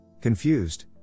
confused